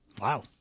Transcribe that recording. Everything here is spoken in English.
Wow